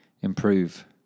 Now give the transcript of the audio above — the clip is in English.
improve